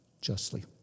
Justly